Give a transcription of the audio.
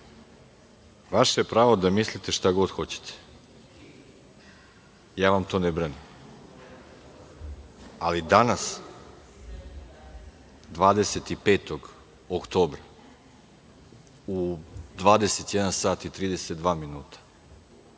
je pravo da mislite šta god hoćete, ja vam to ne branim. Ali, danas, 25. oktobra, u 21 sat i 32 minuta,